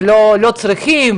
לא רוצים,